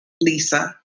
Lisa